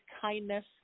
kindness